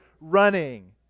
running